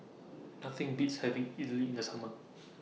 Nothing Beats having Idili in The Summer